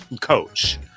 coach